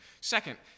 Second